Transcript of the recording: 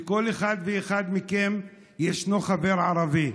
לכל אחד ואחד מכם יש חבר ערבי.